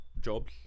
jobs